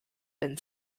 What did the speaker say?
been